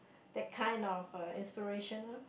that kind of a inspirational